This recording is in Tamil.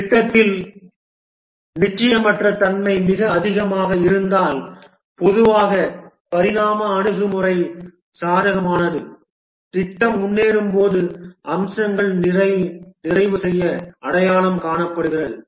திட்டத்தில் நிச்சயமற்ற தன்மை மிக அதிகமாக இருந்தால் பொதுவாக பரிணாம அணுகுமுறை சாதகமானது திட்டம் முன்னேறும்போது அம்சங்கள் நிறைவு செய்ய அடையாளம் காணப்படுகின்றன